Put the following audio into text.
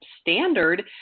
standard